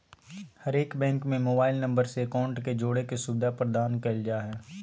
हरेक बैंक में mobile number से अकाउंट के जोड़े के सुविधा प्रदान कईल जा हइ